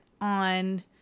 on